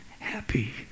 happy